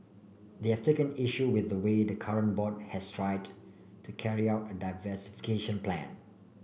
they have taken issue with the way the current board has tried to carry out a diversification plan